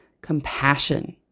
compassion